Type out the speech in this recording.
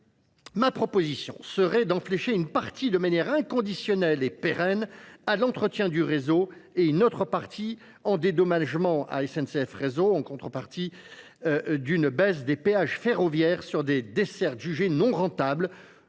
Ma proposition serait d'enfléchir une partie de manière inconditionnelle et pérenne à l'entretien du réseau et une autre partie en dédommagement à SNCF réseau, en contrepartie d'une baisse des péages ferroviaires sur des desserts jugés non rentables